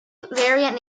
variant